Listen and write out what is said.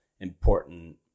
important